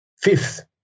Fifth